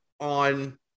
on